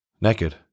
naked